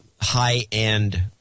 high-end